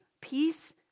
peace